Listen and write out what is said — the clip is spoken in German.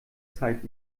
zeit